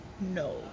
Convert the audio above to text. no